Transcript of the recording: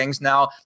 Now